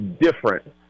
different